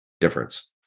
difference